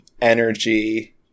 energy